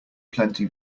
plenty